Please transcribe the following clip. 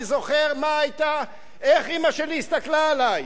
אני זוכר איך אמא שלי הסתכלה עלי.